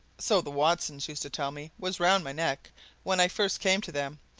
so the watsons used to tell me, was round my neck when i first came to them.